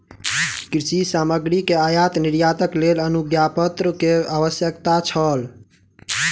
कृषि सामग्री के आयात निर्यातक लेल अनुज्ञापत्र के आवश्यकता छल